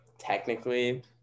technically